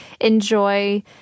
enjoy